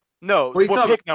No